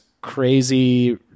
crazy